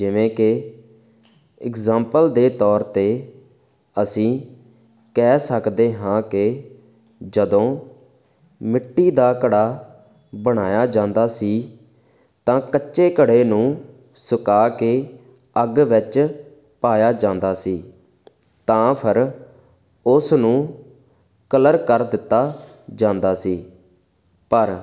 ਜਿਵੇਂ ਕਿ ਇਗਜਾਮਪਲ ਦੇ ਤੌਰ 'ਤੇ ਅਸੀਂ ਕਹਿ ਸਕਦੇ ਹਾਂ ਕਿ ਜਦੋਂ ਮਿੱਟੀ ਦਾ ਘੜਾ ਬਣਾਇਆ ਜਾਂਦਾ ਸੀ ਤਾਂ ਕੱਚੇ ਘੜੇ ਨੂੰ ਸੁਕਾ ਕੇ ਅੱਗ ਵਿੱਚ ਪਾਇਆ ਜਾਂਦਾ ਸੀ ਤਾਂ ਫਿਰ ਉਸ ਨੂੰ ਕਲਰ ਕਰ ਦਿੱਤਾ ਜਾਂਦਾ ਸੀ ਪਰ